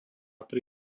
pri